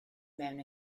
mewn